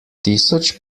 tisoč